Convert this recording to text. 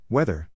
Weather